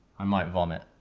i might vomit.